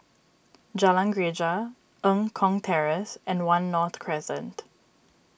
Jalan Greja Eng Kong Terrace and one North Crescent